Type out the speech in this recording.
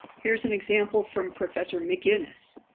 here's an example from professor mcginnis